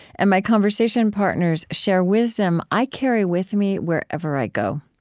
and my conversation partners share wisdom i carry with me wherever i go.